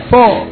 Four